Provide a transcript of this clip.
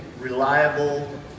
reliable